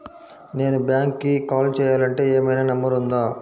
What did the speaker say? నేను బ్యాంక్కి కాల్ చేయాలంటే ఏమయినా నంబర్ ఉందా?